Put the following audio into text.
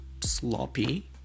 sloppy